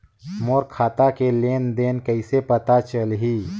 मोर खाता के लेन देन कइसे पता चलही?